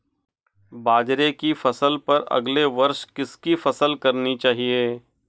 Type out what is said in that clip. बाजरे की फसल पर अगले वर्ष किसकी फसल करनी चाहिए?